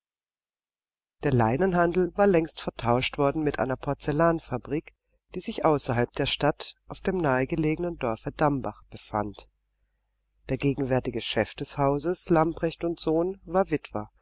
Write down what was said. der leinenhandel war längst vertauscht worden mit einer porzellanfabrik die sich außerhalb der stadt auf dem nahegelegenen dorfe dambach befand der gegenwärtige chef des hauses lamprecht und sohn war witwer